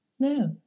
No